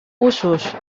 usos